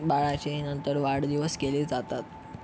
बाळाचे नंतर वाढदिवस केले जातात